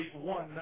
One